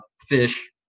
fish